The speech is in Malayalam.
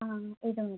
ആ ഇപ്പം ഇത് മതി